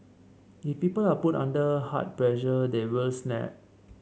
if people are put under hard pressure they will snap